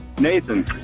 Nathan